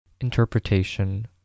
Interpretation